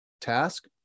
task